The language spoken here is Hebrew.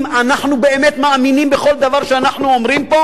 אנחנו באמת מאמינים בכל דבר שאנחנו אומרים פה.